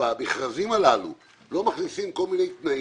במכרזים הללו לא מכניסים כל מיני תנאים.